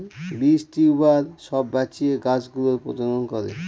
বীজ, টিউবার সব বাঁচিয়ে গাছ গুলোর প্রজনন করে